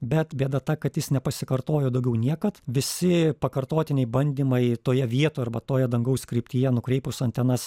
bet bėda ta kad jis nepasikartojo daugiau niekad visi pakartotiniai bandymai toje vietoj arba toje dangaus kryptyje nukreipus antenas